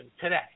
today